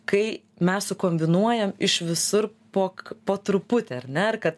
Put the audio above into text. kai mes sukombinuojam iš visur pok po truputį ar ne ir kad